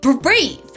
breathe